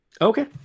okay